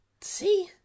See